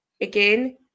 again